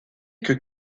que